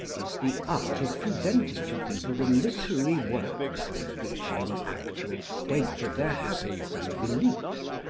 is the art of presenting to people the literary works which, in the actual state of their habits and beliefs,